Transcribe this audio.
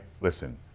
listen